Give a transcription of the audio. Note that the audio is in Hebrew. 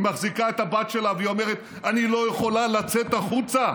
היא מחזיקה את הבת שלה והיא אומרת: אני לא יכולה לצאת החוצה.